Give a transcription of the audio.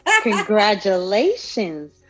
congratulations